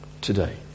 today